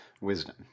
wisdom